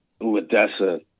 Odessa